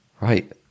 right